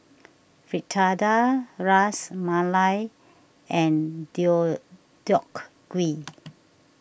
Fritada Ras Malai and Deodeok Gui